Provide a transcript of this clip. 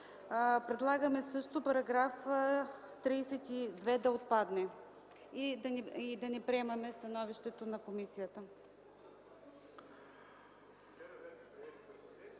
предлагаме също § 32 да отпадне и да не приемаме становището на комисията.